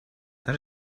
that